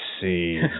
see